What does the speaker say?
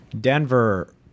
Denver